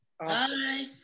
Bye